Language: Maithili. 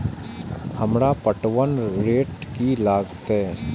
हमरा पटवन रेट की लागते?